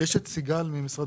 סיגל, משרד